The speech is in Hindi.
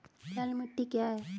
लाल मिट्टी क्या है?